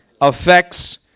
affects